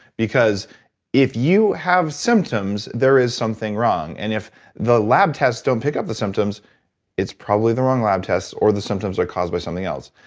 because if you have symptoms there is something wrong, and if the lab tests don't pick up the symptoms it's probably the wrong lab tests or the symptoms are caused by something else.